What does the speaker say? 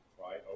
right